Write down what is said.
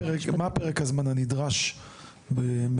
מה הוא פרק הזמן שנדרש בממוצע,